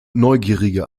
neugierige